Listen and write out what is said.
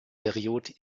périodes